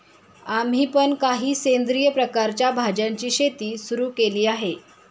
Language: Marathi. आम्ही पण काही सेंद्रिय प्रकारच्या भाज्यांची शेती सुरू केली आहे